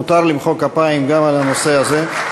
מותר למחוא כפיים גם על הנושא הזה.